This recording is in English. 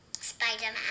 Spider-Man